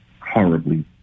horribly